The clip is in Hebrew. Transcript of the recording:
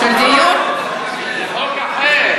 זה חוק אחר.